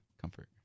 comfort